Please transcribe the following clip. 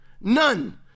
None